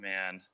Man